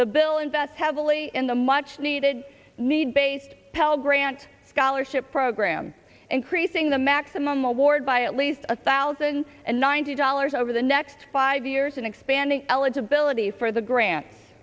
the bill invests heavily in the much needed need based pell grant scholarship program increasing the maximum award by at least a thousand and ninety dollars over the next five years and expanding eligibility for the gra